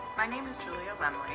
my name is julia lemle,